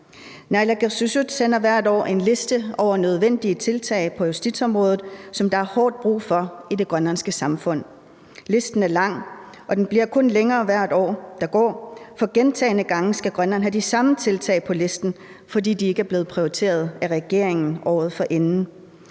Naalakkersuisut sender hvert år en liste over nødvendige tiltag på justitsområdet, som der er hårdt brug for i det grønlandske samfund. Listen er lang, og den bliver kun længere hvert år, der går, for gentagne gange skal Grønland have de samme tiltag på listen, fordi de ikke er blevet prioriteret af regeringen året forinden.